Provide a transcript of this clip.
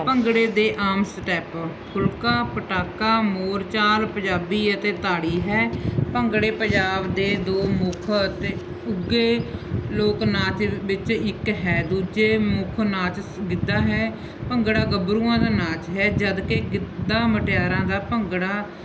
ਭੰਗੜੇ ਦੇ ਆਮ ਸਟੈਪ ਫੁਲਕਾ ਪਟਾਕਾ ਮੋਰਚਾਲ ਪੰਜਾਬੀ ਅਤੇ ਤਾੜੀ ਹੈ ਭੰਗੜਾ ਪੰਜਾਬ ਦੇ ਦੋ ਮੁੱਖ ਅਤੇ ਉੱਘੇ ਲੋਕ ਨਾਚ ਵਿੱਚੋਂ ਇੱਕ ਹੈ ਦੂਜੇ ਮੁੱਖ ਨਾਚ ਸ ਗਿੱਧਾ ਹੈ ਭੰਗੜਾ ਗੱਭਰੂਆਂ ਦਾ ਨਾਚ ਹੈ ਜਦਕਿ ਗਿੱਧਾ ਮੁਟਿਆਰਾਂ ਦਾ ਭੰਗੜਾ